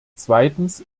zweitens